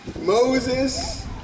Moses